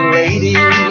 lady